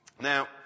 Now